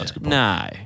No